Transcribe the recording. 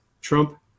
Trump